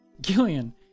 Gillian